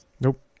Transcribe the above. Nope